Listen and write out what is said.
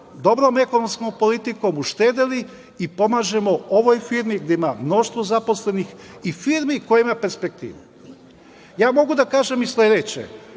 dobrom ekonomskom politikom uštedeli, i pomažemo ovoj firmi gde ima mnošto zaposlenih i firmi koje imaju perspektivu. Mogu da kažem i sledeće,